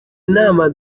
inama